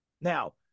Now